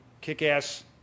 kick-ass